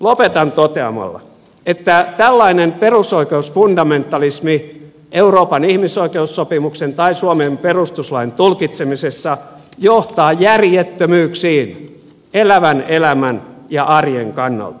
lopetan toteamalla että tällainen perusoikeusfundamentalismi euroopan ihmisoikeussopimuksen tai suomen perustuslain tulkitsemisessa johtaa järjettömyyksiin elävän elämän ja arjen kannalta